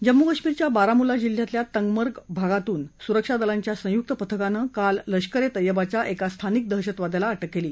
जम्मू कश्मीरच्या बारामूल्ला जिल्ह्यातल्या तंगमर्ग भागातून सुरक्षा दलांच्या संयुक्त पथकानं काल लष्कर ए तैयब्बाच्या एका स्थानिक दहशतवाद्याला अटक केली